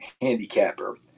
handicapper